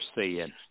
seeing